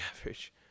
average